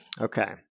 Okay